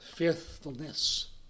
faithfulness